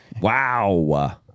Wow